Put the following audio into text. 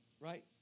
right